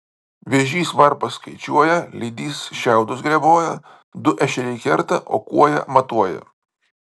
vėžys varpas skaičiuoja lydys šiaudus greboja du ešeriai kerta o kuoja matuoja